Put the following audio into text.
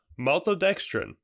maltodextrin